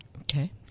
Okay